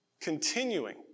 Continuing